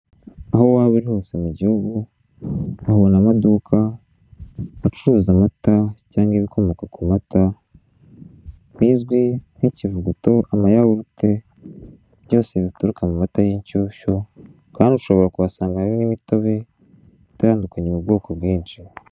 Aho waba uri hose mu gihugu wabona amaduka acuruza amata cyangwa ibikomoka k'umata bizwi nk'ikivuguto, amayawurute byose bikomoka ku mata y' inshyushyu kandi ushobora gusangayo n'imitobe itandukanye mu bwoko bwinshi.